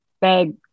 bag